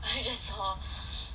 I just saw